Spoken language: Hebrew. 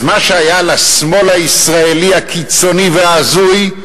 אז מה שהיה לשמאל הישראלי הקיצוני וההזוי,